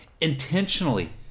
intentionally